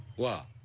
what,